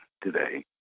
today